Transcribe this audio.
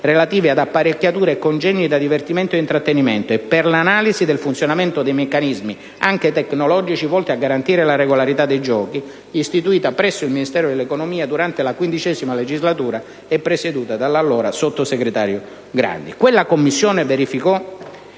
relative ad apparecchiature e congegni da divertimento ed intrattenimento, e per l'analisi del funzionamento dei meccanismi, anche tecnologici, volti a garantire la regolarità dei giochi» istituita dal Ministero dell'economia durante la XV legislatura e presieduta dal sottosegretario Grandi. Quella Commissione verificò